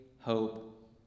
hope